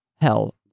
Hell